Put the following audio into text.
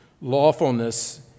lawfulness